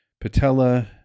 patella